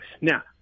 Now